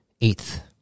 eighth